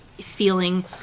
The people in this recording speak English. feeling